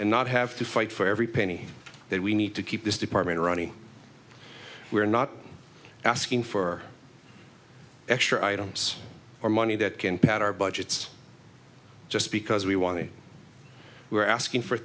and not have to fight for every penny that we need to keep this department running we're not asking for extra items or money that can pad our budgets just because we want to we are asking for